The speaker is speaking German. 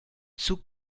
zug